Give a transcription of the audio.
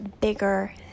bigger